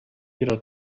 ihrer